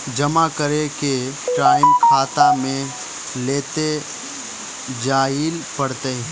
जमा करे के टाइम खाता भी लेके जाइल पड़ते?